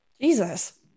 Jesus